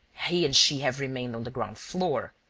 he and she have remained on the ground floor,